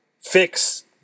fix